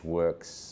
works